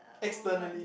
externally